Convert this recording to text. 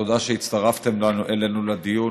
תודה שהצטרפתם אלינו לדיון,